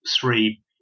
three